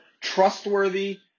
Trustworthy